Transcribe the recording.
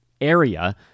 area